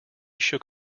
shook